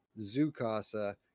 Zukasa